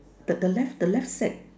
the the left the left sack